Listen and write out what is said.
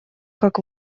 как